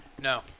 No